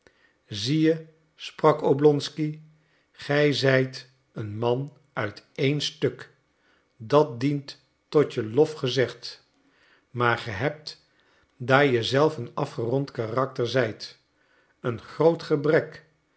zie je sprak oblonsky gij zijt een man uit één stuk dat dient tot je lof gezegd maar ge hebt daar je zelf een afgerond karakter zijt een groot gebrek